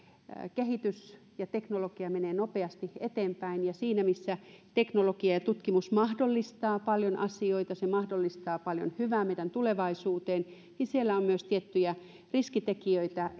kehitys ja teknologia menevät nopeasti eteenpäin siinä missä teknologia ja tutkimus mahdollistavat paljon asioita mahdollistavat paljon hyvää meidän tulevaisuuteen siellä on myös tiettyjä riskitekijöitä